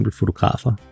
fotografer